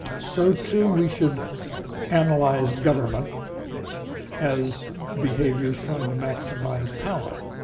so too we should analyze government as behaviors trying to maximize power.